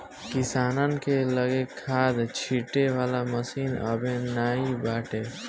किसानन के लगे खाद छिंटे वाला मशीन अबे नाइ बाटे